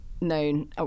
Known